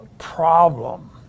problem